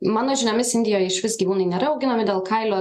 mano žiniomis indijoj išvis gyvūnai nėra auginami dėl kailio